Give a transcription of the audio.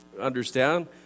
understand